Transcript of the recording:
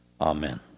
amen